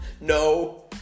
no